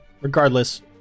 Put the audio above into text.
Regardless